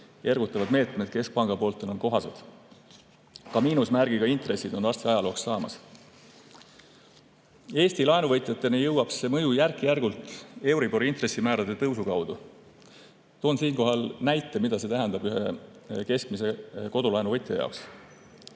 ergutavad meetmed keskpanga poolt enam kohased. Ka miinusmärgiga intressid on varsti ajalooks saamas. Eesti laenuvõtjateni jõuab see mõju järk-järgult euribori, intressimäärade tõusu kaudu. Toon näite, mida see tähendab ühe keskmise kodulaenuvõtja jaoks.